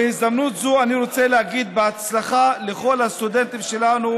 בהזדמנות זו אני רוצה להגיד בהצלחה לכל הסטודנטים שלנו,